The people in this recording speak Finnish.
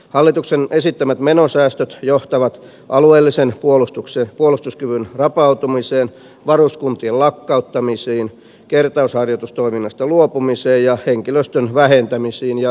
hallituksen esittämät menosäästöt johtavat alueellisen puolustuksen puolustuskyvyn rapautumiseen varuskuntien lakkauttamisiin kertausharjoitustoiminnasta luopumiseen ja henkilöstön vähentämisiin ja irtisanomisiin